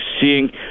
seeing